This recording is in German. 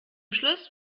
schluss